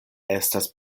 estas